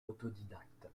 autodidacte